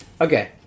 Okay